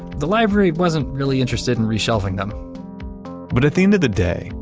the library wasn't really interested in reshelving them but at the end of the day,